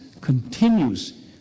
continues